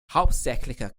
hauptsächliche